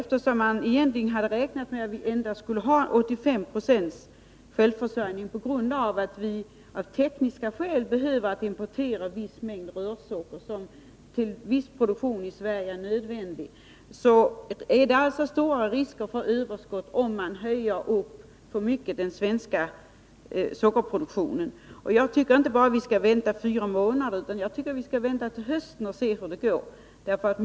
Eftersom man hade räknat med att vi skulle ha endast 85 96 självförsörjningsgrad på grund av att vi av tekniska skäl behöver importera viss mängd rörsocker som är nödvändig för viss produktion i Sverige, är det stora risker för överskott om man höjer den svenska sockerproduktionen för mycket. Jag tycker inte att vi skall vänta bara fyra månader — jag tycker vi skall vänta till hösten och se hur det går.